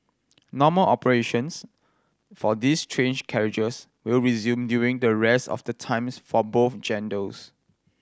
normal operations for these train carriages will resume during the rest of the times for both genders